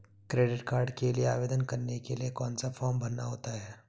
Credit card के लिए आवेदन करने के लिए कौन सा फॉर्म भरना होता है?